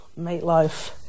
Meatloaf